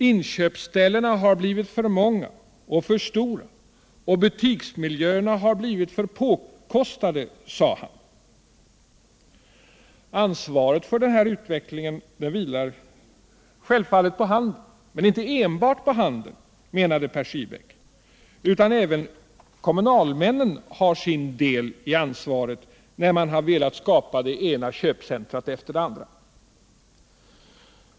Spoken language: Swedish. Inköpsställena har blivit för många och för stora, och butiksmiljöerna har blivit för påkostade, fortsatte han. Ansvaret för denna utveckling vilar självfallet på handeln, men inte enbart på handeln, menade Per Schierbeck, även kommunalmännen har viss del av ansvaret när man vill etablera det ena köpcentret efter det andra.